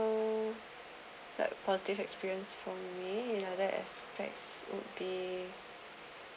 like positive experience for me another aspect would be